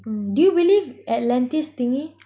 mm do you believe atlantis theory